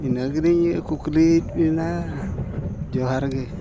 ᱤᱱᱟᱹ ᱜᱮᱞᱤᱧ ᱠᱩᱠᱞᱤᱭᱮᱜ ᱵᱤᱱᱟ ᱡᱚᱸᱦᱟᱨ ᱜᱮ